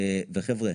וחבר'ה,